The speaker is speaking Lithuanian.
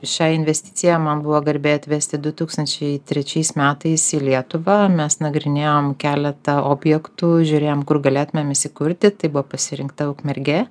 šią investiciją man buvo garbė atvesti du tūkstančiai trečiais metais į lietuvą mes nagrinėjom keletą objektų žiūrėjom kur galėtumėm įsikurti tai buvo pasirinkta ukmergė